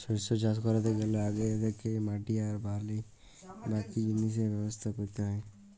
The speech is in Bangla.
শস্য চাষ ক্যরতে গ্যালে আগে থ্যাকেই মাটি আর বাকি জিলিসের ব্যবস্থা ক্যরতে হ্যয়